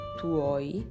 tuoi